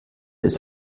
ist